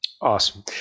Awesome